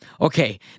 okay